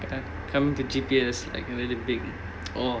then come to G_P_A is like very big orh